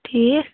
ٹھیٖک